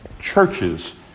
churches